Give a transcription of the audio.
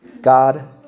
God